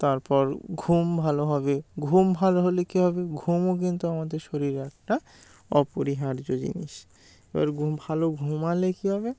তারপর ঘুম ভালো হবে ঘুম ভালো হলে কী হবে ঘুমও কিন্তু আমাদের শরীরে একটা অপরিহার্য জিনিস এবার ঘুম ভালো ঘুমালে কী হবে